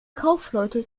kaufleute